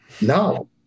No